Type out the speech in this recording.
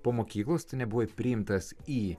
po mokyklos tu nebuvai priimtas į